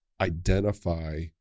identify